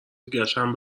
دیگشم